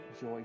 joy